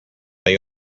they